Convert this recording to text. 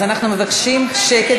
אז אנחנו מבקשים שקט.